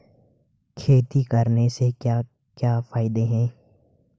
खेती करने से क्या क्या फायदे हैं?